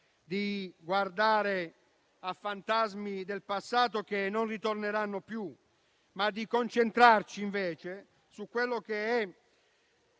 di guardare a fantasmi del passato che non ritorneranno più, ma di concentrarci invece su quello che è